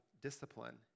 discipline